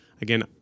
Again